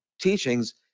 teachings